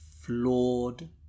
flawed